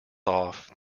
off